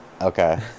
Okay